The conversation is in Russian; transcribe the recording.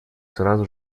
сразу